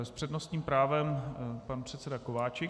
S přednostním právem pan předseda Kováčik.